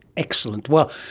excellent. well,